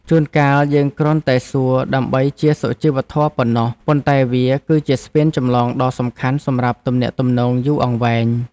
ជួនកាលយើងគ្រាន់តែសួរដើម្បីជាសុជីវធម៌ប៉ុណ្ណោះ ប៉ុន្តែវាគឺជាស្ពានចម្លងដ៏សំខាន់សម្រាប់ទំនាក់ទំនងយូរអង្វែង។